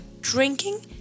drinking